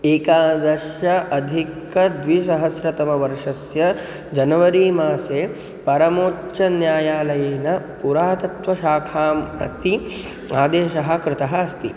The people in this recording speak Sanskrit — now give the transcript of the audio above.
एकादशाधिकद्विसहस्रतमवर्षस्य जनवरी मासे परमोच्चन्यायालयेन पुरातत्त्वशाखां प्रति आदेशः कृतः अस्ति